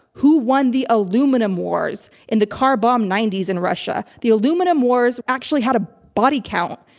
who won the aluminum wars in the car bomb nineties in russia. the aluminum wars actually had a body count.